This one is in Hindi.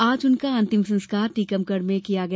आज उनका अंतिम संस्कार टीकमगढ़ में किया गया